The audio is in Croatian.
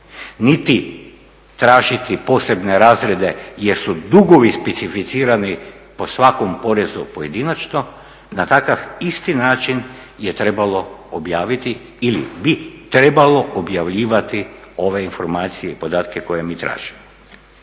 niti tražiti posebne razredne jer su dugovi specificirani po svakom porezu pojedinačno na takav isti način je trebalo objaviti ili bi trebalo objavljivati ove informacije i podatke koje mi tražimo.